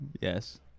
Yes